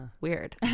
weird